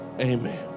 Amen